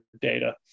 data